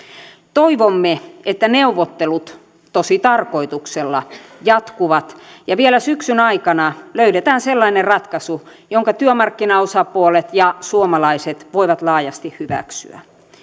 toivomme että neuvottelut tositarkoituksella jatkuvat ja vielä syksyn aikana löydetään sellainen ratkaisu jonka työmarkkinaosapuolet ja suomalaiset voivat laajasti hyväksyä